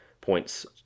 points